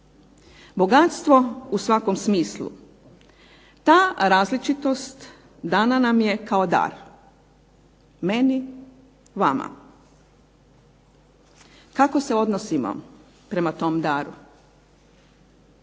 bogatstvo u svakom smislu. Ta različitost dana nam je kao dar meni, vama. Kako se odnosimo prema tom daru?